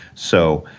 so,